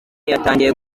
yatangiye